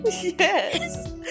Yes